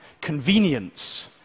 convenience